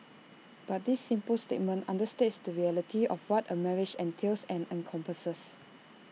but this simple statement understates the reality of what A marriage entails and encompasses